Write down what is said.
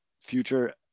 future